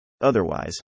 Otherwise